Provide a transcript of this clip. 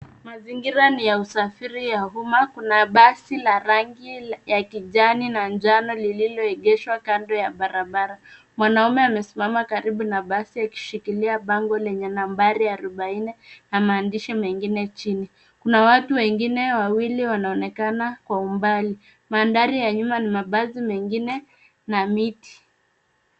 Mazingira ni ya usafiri ya umma. Kuna basi la rangi ya kijani na njano lililoegeshwa kando ya barabara. Mwanaume amesimama karibu na basi akishikilia bango lenye nambari arobaini na maandishi mengine chini. Kuna watu wengine wawili wanaonekana kwa umbali. Mandhari ya nyuma ni mabasi mengine na miti.